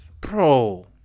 bro